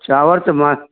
चांवर त मां